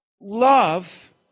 love